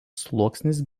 sluoksnis